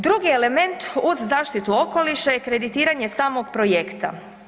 Drugi element uz zaštitu okoliša je kreditiranje samog projekta.